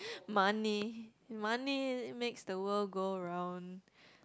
money money makes the world go round